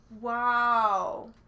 Wow